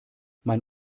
mein